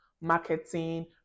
marketing